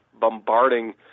bombarding